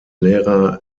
lehrer